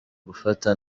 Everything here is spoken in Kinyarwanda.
gufata